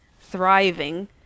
thriving